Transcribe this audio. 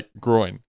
groin